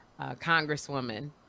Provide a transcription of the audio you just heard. Congresswoman